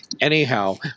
Anyhow